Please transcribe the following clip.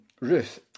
Ruth